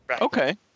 Okay